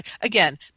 again